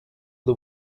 the